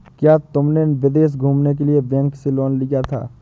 क्या तुमने विदेश घूमने के लिए बैंक से लोन लिया था?